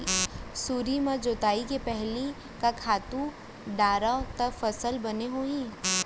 सुरु म जोताई के पहिली का खातू डारव त फसल बने होही?